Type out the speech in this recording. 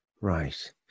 Right